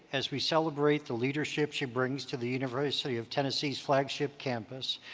as we celebrate the leadership she brings to the university of tennessee's flagship campus,